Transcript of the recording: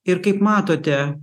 ir kaip matote